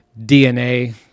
DNA